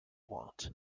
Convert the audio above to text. want